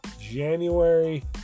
January